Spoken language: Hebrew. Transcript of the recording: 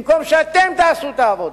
במקום שאתם תעשו את העבודה,